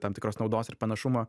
tam tikros naudos ir panašumo